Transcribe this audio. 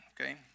okay